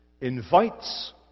invites